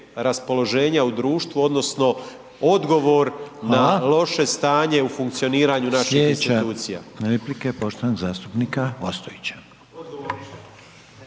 raspoloženja u društvu odnosno odgovor na loše stanje u funkcioniranju naših institucija.